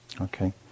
okay